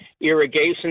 irrigation